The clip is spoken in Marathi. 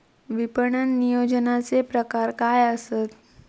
विपणन नियोजनाचे प्रकार काय आसत?